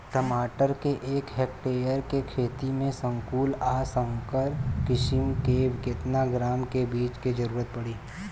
टमाटर के एक हेक्टेयर के खेती में संकुल आ संकर किश्म के केतना ग्राम के बीज के जरूरत पड़ी?